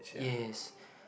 yes